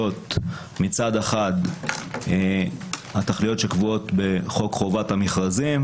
מצד אחד התכליות שקבועות בחוק חובת המכרזים,